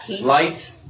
light